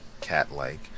cat-like